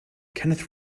kenneth